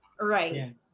right